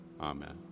Amen